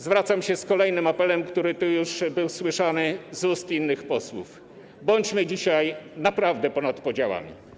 Zwracam się z kolejnym apelem, który tu już był słyszany z ust innych posłów: bądźmy dzisiaj naprawdę ponad podziałami.